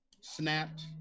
Snapped